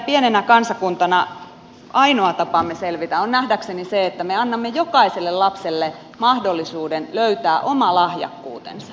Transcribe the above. pienenä kansakuntana meidän ainoa tapamme selvitä on nähdäkseni se että me annamme jokaiselle lapselle mahdollisuuden löytää oma lahjakkuutensa